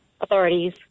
authorities